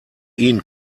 ihn